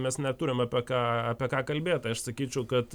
mes neturim apie ką apie ką kalbėt tai aš sakyčiau kad